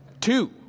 Two